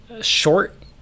short